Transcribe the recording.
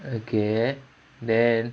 okay then